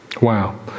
Wow